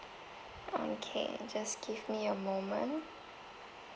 okay just give me a moment